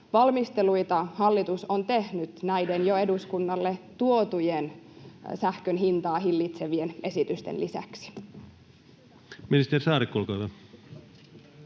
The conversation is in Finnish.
valmisteluita hallitus on tehnyt näiden jo eduskunnalle tuotujen sähkön hintaa hillitsevien esitysten lisäksi?